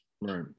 Right